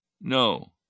No